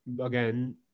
Again